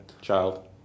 child